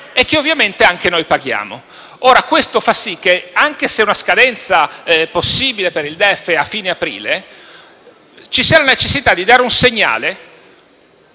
e che ovviamente anche noi paghiamo. Ciò fa sì che, anche se una scadenza possibile per il DEF è fine aprile, ci sarà necessità di dare un segnale